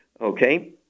okay